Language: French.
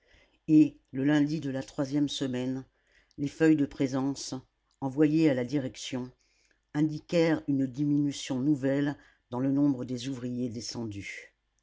et le lundi de la troisième semaine les feuilles de présence envoyées à la direction indiquèrent une diminution nouvelle dans le nombre des ouvriers descendus